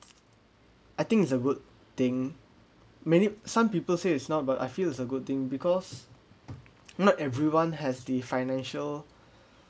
I think it's a good thing many some people say it's not but I feel it's a good thing because not everyone has the financial